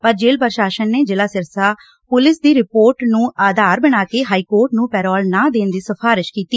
ਪਰ ਜੇਲੁ ਪੁਸ਼ਾਸਨ ਨੇ ਜ਼ਿਲਾ ਸਿਰਸਾ ਪੁਲਿਸ ਦੀ ਰਿਪੋਰਟ ਨੂੰ ਆਧਾਰ ਬਣਾ ਕੇ ਹਾਈਕੋਰਟ ਨੂੰ ਪੈਰੋਲ ਨਾ ਦੇਣ ਦੀ ਸਿਫਾਰਿਸ਼ ਕੀਤੀ